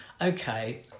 okay